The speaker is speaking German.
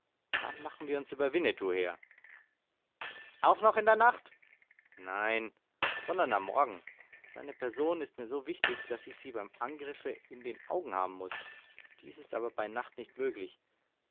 dann machen wir uns über winnetou her auch noch in der nacht nein sondern am morgen seine person ist mir so wichtig daß ich sie beim angriffe in den augen haben muß dies ist aber bei nacht nicht möglich